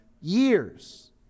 years